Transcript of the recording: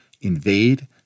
Invade